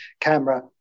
camera